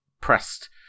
pressed